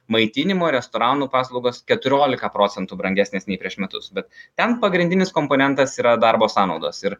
maitinimo restoranų paslaugos keturiolika procentų brangesnės nei prieš metus bet ten pagrindinis komponentas yra darbo sąnaudos ir